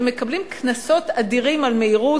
ומקבלים קנסות אדירים על מהירות,